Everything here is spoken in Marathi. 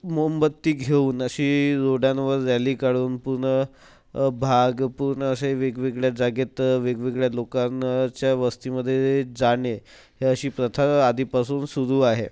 मोमबत्ती घेऊन अशी घोड्यांवर रॅली काढून पूर्ण भाग पूर्ण असे वेगवेगळ्या जागेत वेगवेगळ्या लोकांच्या वस्तीमध्ये जाणे ही अशी प्रथा आधीपासून सुरू आहे